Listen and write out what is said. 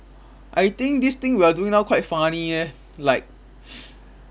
I think this thing we are doing now quite funny eh like